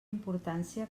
importància